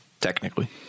Technically